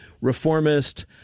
reformist